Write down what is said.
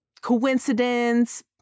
coincidence